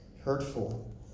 hurtful